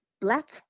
black